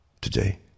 Today